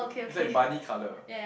is like Barney colour